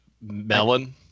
melon